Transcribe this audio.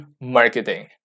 marketing